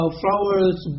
flowers